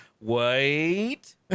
wait